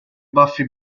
baffi